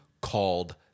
called